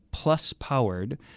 plus-powered